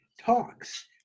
talks